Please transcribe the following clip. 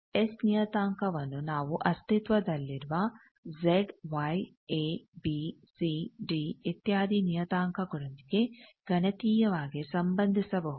S ನಿಯತಾಂಕವನ್ನು ನಾವು ಅಸ್ತಿತ್ವದಲ್ಲಿರುವ Z Y A B C D ಇತ್ಯಾದಿ ನಿಯತಾಂಕಗಳೊಂದಿಗೆ ಗಣತೀಯವಾಗಿ ಸಂಬಂದಿಸಬಹುದು